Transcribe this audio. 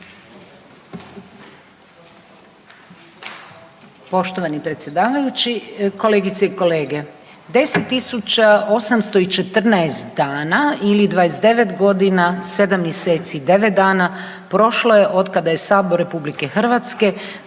Poštovani predsjedavajući. Kolegice i kolege. 10.814 dana ili 29 godina 7 mjeseci i 9 dana prošlo je od kada je Sabor RH donio na